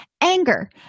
Anger